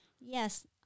Yes